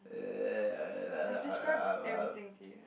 uh